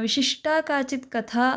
विशिष्टा काचित् कथा